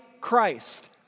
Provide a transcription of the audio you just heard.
Christ